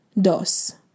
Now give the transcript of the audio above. Dos